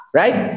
right